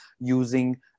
using